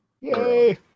Yay